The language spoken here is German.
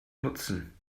nutzen